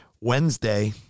Wednesday